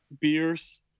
beers